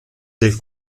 del